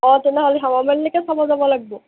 অঁ তেনেহ'লে হেমমালিনীকে চাব যাব লাগব